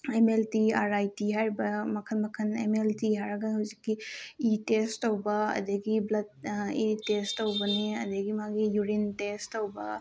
M L T R I T ꯍꯥꯏꯔꯤꯕ ꯃꯈꯜ ꯃꯈꯜ ꯑꯦꯝ ꯑꯦꯜ ꯇꯤ ꯍꯥꯏꯔꯒꯅ ꯍꯧꯖꯤꯛꯀꯤ ꯏꯤ ꯇꯦꯁ ꯇꯧꯕ ꯑꯗꯨꯗꯒꯤ ꯕ꯭ꯂꯠ ꯏ ꯇꯦꯁ ꯇꯧꯕꯅꯦ ꯑꯗꯒꯤ ꯃꯥꯒꯤ ꯌꯨꯔꯤꯟ ꯇꯦꯁ ꯇꯧꯕ